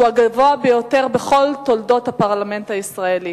שהוא הגבוה ביותר בכל תולדות הפרלמנט הישראלי.